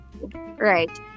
right